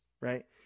right